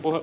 olo